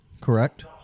Correct